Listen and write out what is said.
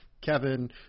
Kevin